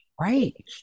right